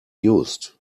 used